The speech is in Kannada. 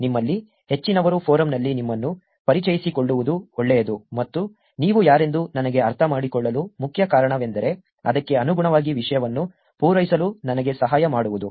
ನಿಮ್ಮಲ್ಲಿ ಹೆಚ್ಚಿನವರು ಫೋರಮ್ನಲ್ಲಿ ನಿಮ್ಮನ್ನು ಪರಿಚಯಿಸಿಕೊಳ್ಳುವುದು ಒಳ್ಳೆಯದು ಮತ್ತು ನೀವು ಯಾರೆಂದು ನನಗೆ ಅರ್ಥಮಾಡಿಕೊಳ್ಳಲು ಮುಖ್ಯ ಕಾರಣವೆಂದರೆ ಅದಕ್ಕೆ ಅನುಗುಣವಾಗಿ ವಿಷಯವನ್ನು ಪೂರೈಸಲು ನನಗೆ ಸಹಾಯ ಮಾಡುವುದು